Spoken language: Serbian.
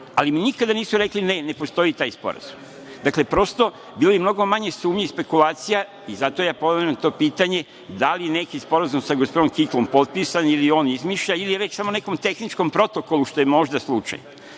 Ali nikada nisu rekli – ne, ne postoji taj sporazum. Dakle, prosto, bilo je i mnogo manjih sumnji i spekulacija i zato ponavljam to pitanje – da li je neki sporazum sa gospodinom Kiklom potpisan ili on izmišlja ili je reč o samo o nekom tehničkom protokolu, što je možda slučaj?